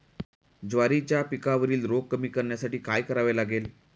ज्वारीच्या पिकावरील रोग कमी करण्यासाठी काय करावे लागेल?